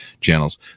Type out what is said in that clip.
channels